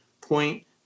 point